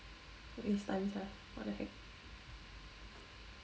waste time sia what the heck